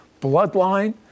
Bloodline